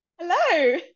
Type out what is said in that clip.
Hello